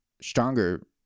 stronger